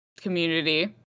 community